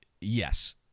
Yes